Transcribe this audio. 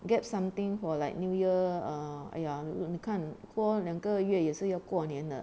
get something for like new year ah ya 你看过两个月也是要过年了